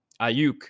Ayuk